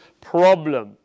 problem